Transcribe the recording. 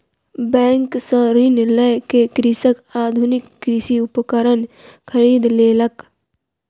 bank सॅ ऋण लय के कृषक आधुनिक कृषि उपकरण खरीद लेलक